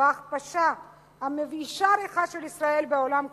המכפישה ומבאישה ריחה של ישראל בעולם כולו.